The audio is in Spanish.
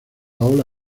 ola